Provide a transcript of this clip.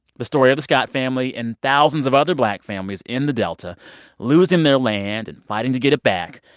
the story of the scott family and thousands of other black families in the delta losing their land and fighting to get it back,